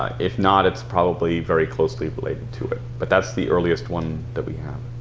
if not, it's probably very closely related to it but that's the earliest one that we have.